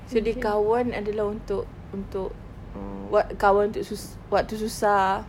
so dia kawan adalah untuk untuk err wak~ kawan untuk sus~ waktu susah